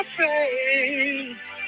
face